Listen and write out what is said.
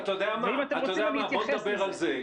אם אתם רוצים אני אתייחס --- אז בוא נדבר על זה.